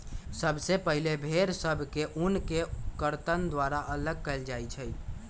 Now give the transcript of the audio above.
सबसे पहिले भेड़ सभ से ऊन के कर्तन द्वारा अल्लग कएल जाइ छइ